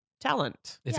talent